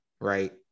right